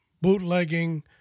bootlegging